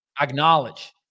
acknowledge